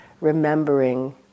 remembering